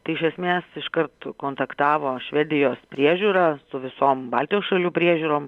tai iš esmės iškart kontaktavo švedijos priežiūra su visom baltijos šalių priežiūrom